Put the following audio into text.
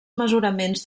mesuraments